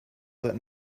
that